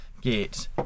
get